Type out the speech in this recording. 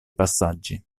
passaggi